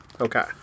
Okay